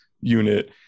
unit